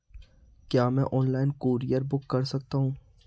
क्या मैं online courier book कर सकता हूँ?